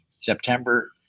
September